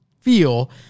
feel